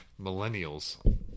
millennials